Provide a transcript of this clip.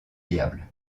diable